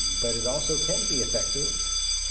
but it also can be effective.